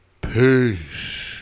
Peace